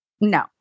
No